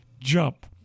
jump